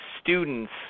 students